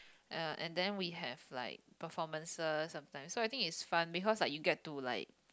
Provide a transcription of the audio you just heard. uh and then we have like performances sometimes so I think it's fun because like you get to like